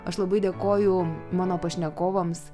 aš labai dėkoju mano pašnekovams